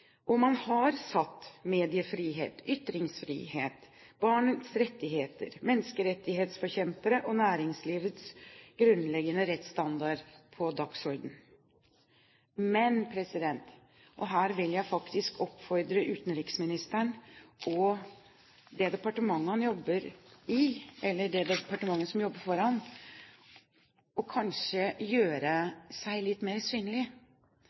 og man har satt mediefrihet, ytringsfrihet, barns rettigheter, menneskerettighetsforkjempere og næringslivets grunnleggende rettsstandard på dagsordenen. Men jeg vil faktisk oppfordre utenriksministeren og det departementet som jobber for ham, til kanskje å gjøre seg litt mer synlig.